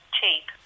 cheap